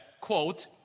quote